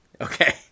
Okay